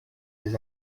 des